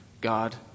God